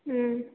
ம்